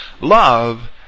love